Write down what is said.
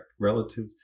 relative